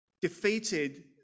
defeated